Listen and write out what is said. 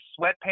sweatpants